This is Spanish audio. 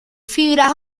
fibras